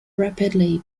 rapidly